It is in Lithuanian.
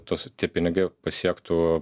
tus tie pinigai pasiektų